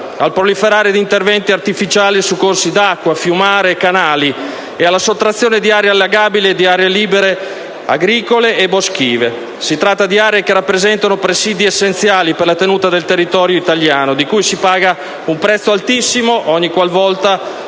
al proliferare di interventi artificiali su corsi d'acqua, fiumare e canali, e alla sottrazione di aree allagabili e di aree libere, agricole e boschive: si tratta di aree che rappresentano presidi essenziali per la tenuta del territorio italiano, di cui si paga un prezzo altissimo ogni qualvolta,